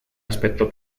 aspecto